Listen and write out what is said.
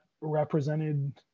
represented